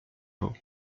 vaux